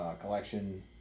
collection